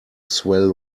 swell